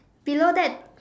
below that